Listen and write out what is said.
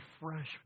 fresh